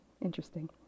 interesting